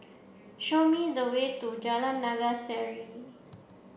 show me the way to Jalan Naga Sari